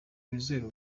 wizerwe